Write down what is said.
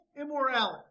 immorality